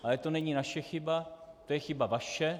Ale to není naše chyba, to je chyba vaše.